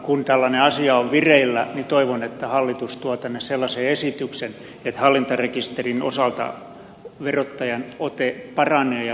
kun tällainen asia on vireillä niin toivon että hallitus tuo tänne sellaisen esityksen että hallintarekisterin osalta verottajan ote paranee ja vahvistuu eikä heikkene